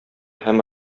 һәм